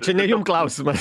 čia ne jum klausimas